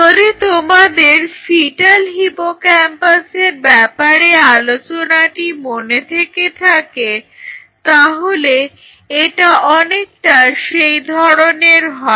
যদি তোমাদের ফিটাল হিপোক্যাম্পাসের ব্যাপারে আলোচনাটি মনে থেকে থাকে তাহলে এটা অনেকটা সেই ধরনের হয়